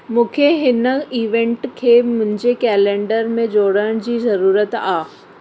मूंखे हिन ईवेंट खे मुंहिंजे कैलेंडर में जोड़ण जी ज़रूरत आहे